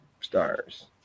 stars